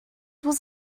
was